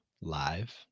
live